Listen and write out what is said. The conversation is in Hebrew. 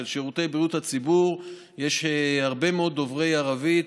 שירותי בריאות הציבור יש הרבה מאוד דוברי ערבית,